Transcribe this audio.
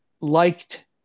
liked